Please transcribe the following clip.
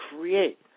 create